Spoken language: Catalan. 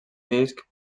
disc